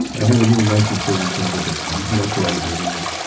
i had a really nice mercedes benz at the time, and that's what i was living in.